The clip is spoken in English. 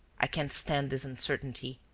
i can't stand this uncertainty.